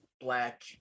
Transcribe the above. black